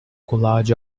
collage